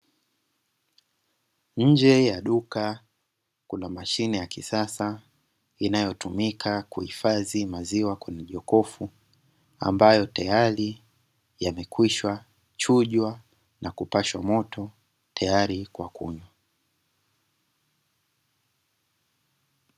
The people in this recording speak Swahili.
Nje ya duka kuna mashine ya kisasa, inayotumika kuhifadhi maziwa kwenye jokofu, ambayo tayari yamekwisha chujwa na kupashwa moto tayari kwa kunywa,